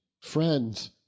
friends